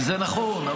זה נכון,